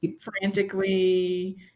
frantically